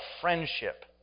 friendship